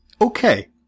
okay